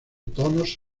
tonos